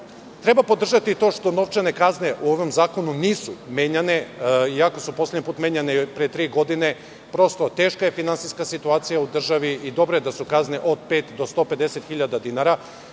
treba podržati i to što novčane kazne u ovom zakonu nisu menjane, iako su poslednji put menjane pre tri godine. Prosto, teška je finansijska situacija u državi i dobro je da su kazne od pet do 150 hiljada dinara.